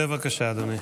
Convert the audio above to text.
בבקשה, אדוני.